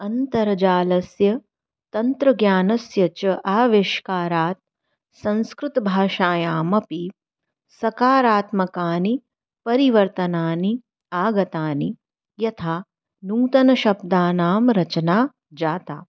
अन्तर्जालस्य तन्त्रज्ञानस्य च आविष्कारात् संस्कृतभाषायामपि सकारात्मकानि परिवर्तनानि आगतानि यथा नूतनशब्दानां रचना जाता